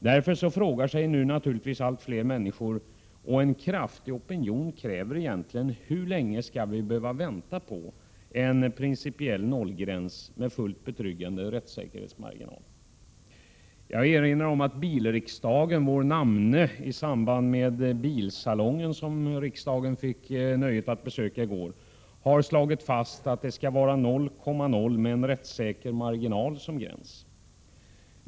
Därför frågar sig naturligtvis allt fler människor: Hur länge skall vi behöva vänta på att en principiell nollgräns med fullt betryggande rättssäkerhetsmarginal införs? En kraftig opinion kräver en sådan nollgräns. Jag vill erinra om att bilriksdagen, vår namne, i samband med Bilsalongen, som riksdagen fick nöjet att besöka i går, har slagit fast att den tillåtna promillegränsen bör vara 0,0 med en rättssäker marginal.